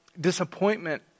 disappointment